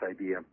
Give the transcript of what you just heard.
idea